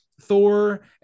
thor